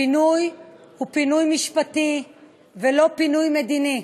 הפינוי הוא פינוי משפטי ולא פינוי מדיני.